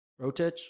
Rotich